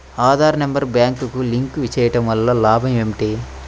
Aadhaar number బ్యాంక్నకు link చేయుటవల్ల లాభం ఏమిటి?